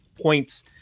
points